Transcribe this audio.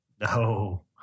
no